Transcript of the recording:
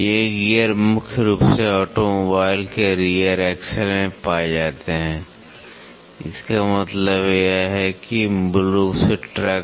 ये गियर मुख्य रूप से ऑटोमोबाइल के रियर एक्सल में पाए जाते हैं इसका मतलब है कि मूल रूप से ट्रक